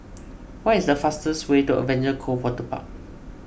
what is the fastest way to Adventure Cove Waterpark